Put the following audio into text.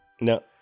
No